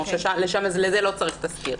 לזה לא צריך תסקיר.